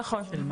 נכון.